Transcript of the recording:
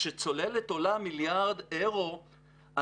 כשצוללת עולה מיליארד אירו,